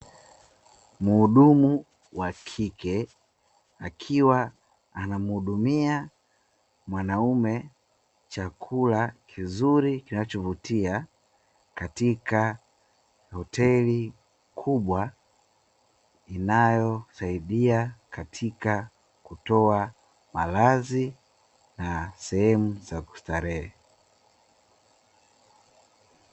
Muhudumu wa kike, akiwa anamuhudumia mwanaume chakula kizuri kinachovutia, katika hoteli kubwa inayosaidia katika kutoa malazi na sehemu za kustarehe.